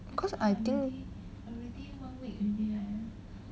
cause I think